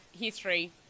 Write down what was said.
history